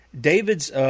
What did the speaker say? David's